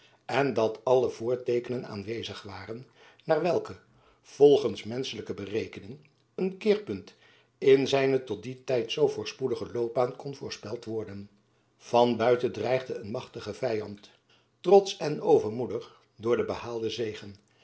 en dat alle voorteekenen aanwezig waren naar welke volgends menschelijke berekening een keerpunt in zijne tot dien tijd zoo voorspoedige loopbaan kon voorspeld worden van buiten dreigde een machtige vyand trotsch en overmoedig door den behaalden zege